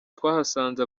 twahasanze